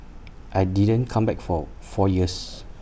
I didn't come back for four years